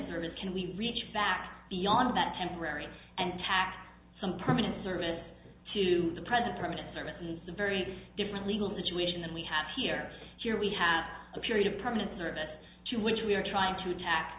service can we reach back beyond that temporary and tack some permanent service to the present permanent service is a very different legal situation than we have here here we have a period of permanent service to which we are trying to attack